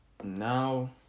now